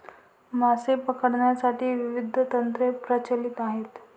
मासे पकडण्यासाठी विविध तंत्रे प्रचलित आहेत